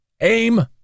Aim